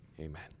amen